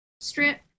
strip